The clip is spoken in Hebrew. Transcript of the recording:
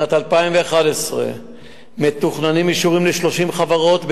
בשנת 2011 מתוכננים אישורים ל-30 חברות,